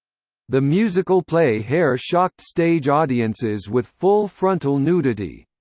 the musical play hair shocked stage audiences with full-frontal nudity.